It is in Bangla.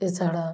এছাড়া